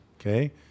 okay